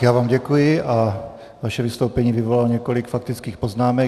Já vám děkuji a vaše vystoupení vyvolalo několik faktických poznámek.